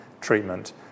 treatment